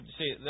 see